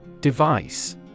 Device